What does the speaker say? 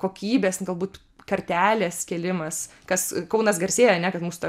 kokybės galbūt kartelės kėlimas kas kaunas garsėja ane kad mūsų ta